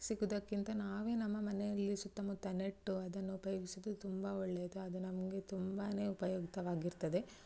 ಸಿಗುವುದಕ್ಕಿಂತ ನಾವೇ ನಮ್ಮ ಮನೆಯಲ್ಲಿ ಸುತ್ತಮುತ್ತ ನೆಟ್ಟು ಅದನ್ನು ಉಪಯೋಗಿಸುವುದು ತುಂಬ ಒಳ್ಳೆಯದು ಅದು ನಮಗೆ ತುಂಬಾ ಉಪಯುಕ್ತವಾಗಿರ್ತದೆ